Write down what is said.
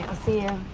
see you.